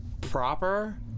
Proper